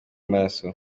amaraso